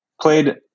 played